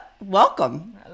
welcome